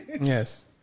Yes